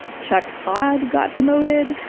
chuck todd got demoted.